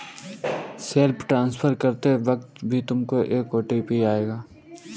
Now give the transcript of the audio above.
self transfer करते वक्त भी तुमको एक ओ.टी.पी आएगा